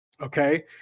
Okay